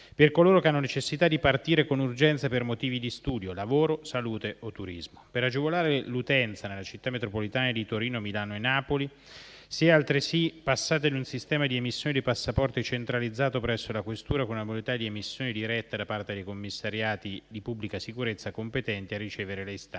per coloro che hanno necessità di partire con urgenza per motivi di studio, lavoro, salute o turismo. Per agevolare l'utenza nelle città metropolitana di Torino, Milano e Napoli si è altresì passati a un sistema di emissione dei passaporti centralizzato presso la Questura, con l'emissione diretta da parte dei commissariati di pubblica sicurezza competenti a ricevere le istanze